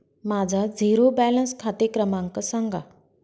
माझा zero balance खाते क्रमांक सांगा